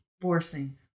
forcing